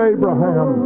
Abraham